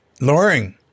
Loring